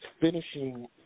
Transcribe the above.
finishing